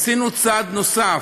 עשינו צעד נוסף,